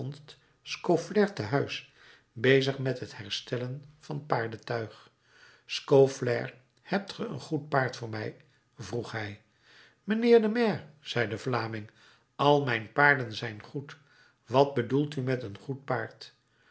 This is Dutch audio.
scaufflaire te huis bezig met het herstellen van paardetuig scaufflaire hebt ge een goed paard voor mij vroeg hij mijnheer de maire zei de vlaming al mijn paarden zijn goed wat bedoelt u met een goed paard